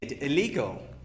illegal